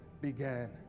began